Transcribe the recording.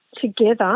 together